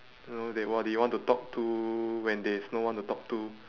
you know they wa~ they want to talk to when there is no one to talk to